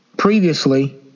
Previously